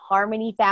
Harmony